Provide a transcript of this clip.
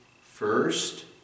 first